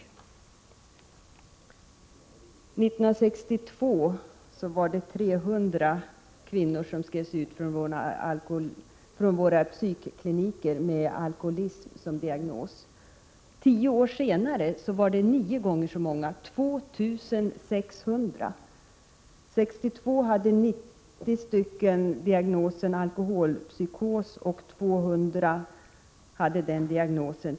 1962 skrevs 300 kvinnor ut från våra psykkliniker med diagnosen alkoholism. Tio år senare var det nio gånger så många kvinnor som skrevs ut —2 600. År 1962 hade 90 kvinnor diagnosen alkoholpsykos. Tio år senare hade 200 kvinnor den diagnosen.